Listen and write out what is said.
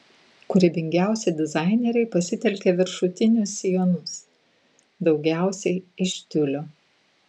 kūrybingiausi dizaineriai pasitelkė viršutinius sijonus daugiausiai iš tiulio